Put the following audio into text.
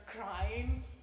crying